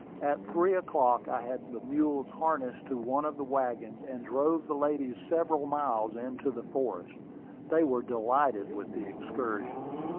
at three o'clock i had the mules harnessed to one of the wagons, and drove the ladies several miles into the forest they were delighted with the excursion.